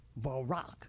Barack